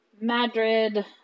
Madrid